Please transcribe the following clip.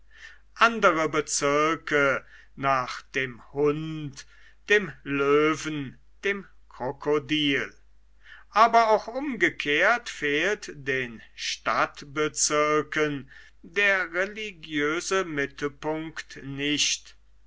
andere bezirke nach dem hund dem löwen dem krokodil aber auch umgekehrt fehlt den stadtbezirken der religiöse mittelpunkt nicht